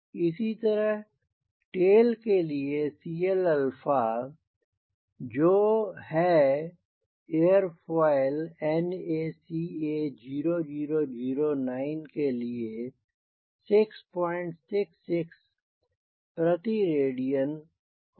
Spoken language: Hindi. इसी तरह टेल के लिएCLजो है एयरफॉयल NACA0009 के लिए 666 प्रति रेडियन होगा